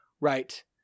right